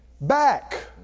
back